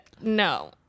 no